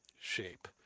shape